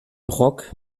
rock